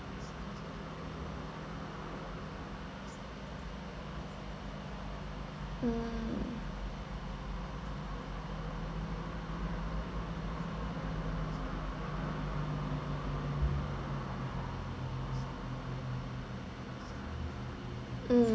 mm mm